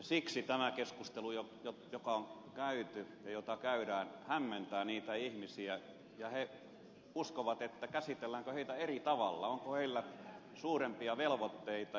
siksi tämä keskustelu joka on käyty ja jota käydään hämmentää niitä ihmisiä ja he ihmettelevät käsitelläänkö heitä eri tavalla onko heillä suurempia velvoitteita